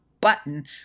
button